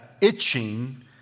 itching